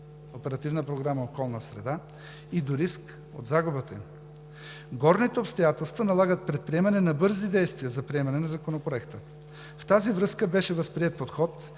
Оперативна програма „Околна среда“ и до риск от загубата им. Горните обстоятелства налагат предприемане на бързи действия за приемане на Законопроекта. В тази връзка беше възприет подход –